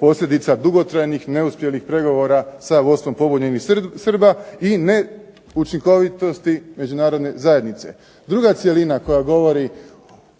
posljedica dugotrajnih neuspjelih pregovora sa vodstvom pobunjenih Srba i neučinkovitosti međunarodne zajednice. Druga cjelina koja govori